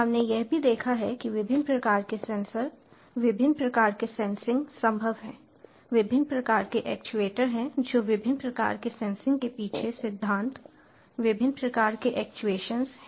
हमने यह भी देखा है कि विभिन्न प्रकार के सेंसर विभिन्न प्रकार के सेंसिंग संभव हैं विभिन्न प्रकार के एक्चुएटर हैं जो विभिन्न प्रकार के सेंसिंग के पीछे सिद्धांत विभिन्न प्रकार के एक्चुएशन हैं